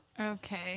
Okay